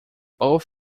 both